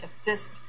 assist